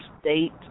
state